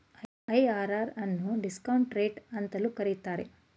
IRR ಅನ್ನು discount rate ಅಂತಲೂ ಕರೀತಾರೆ